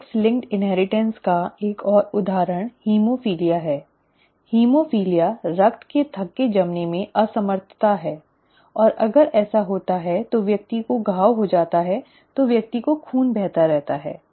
sex linked inheritance का एक उदाहरण हीमोफिलिया है हीमोफिलिया रक्त के थक्के जमने में असमर्थता है और अगर ऐसा होता है तो व्यक्ति को घाव हो जाता है तो व्यक्ति को खून बहता रहता है